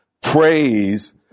praise